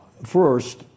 First